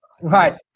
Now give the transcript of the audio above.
Right